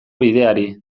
bideari